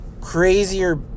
crazier